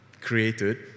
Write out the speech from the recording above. created